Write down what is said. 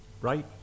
right